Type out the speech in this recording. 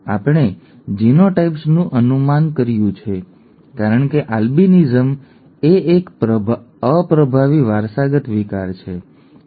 અને અમે જીનોટાઈપ્સનું અનુમાન કર્યું છે કારણ કે આલ્બિનિઝમ એ એક અપ્રભાવી વારસાગત વિકાર છે ઠીક છે